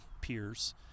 peers